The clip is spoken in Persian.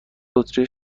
بطری